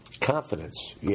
confidence